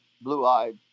blue-eyed